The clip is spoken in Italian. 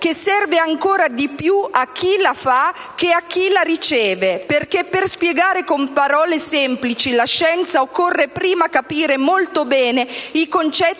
che serve ancora di più a chi la fa che a chi la riceve, perché, per spiegare con parole semplici la scienza, occorre prima capire molto bene i concetti